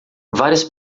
várias